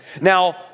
Now